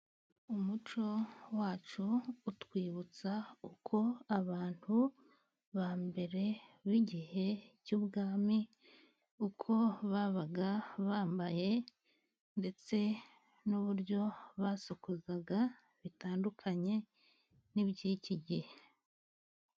Umuco wacu utwibutsa uko abantu bambere b'igihe cy'ubwami uko babaga bambaye, ndetse n'uburyo basokozaga bitandukanye n'ibyiki gihe.